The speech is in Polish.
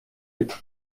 biegł